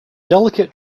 delicate